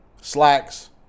slacks